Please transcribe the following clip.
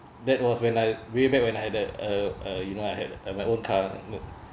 that was when l way back when I uh uh you know I had my own car